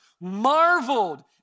marveled